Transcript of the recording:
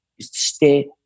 Stay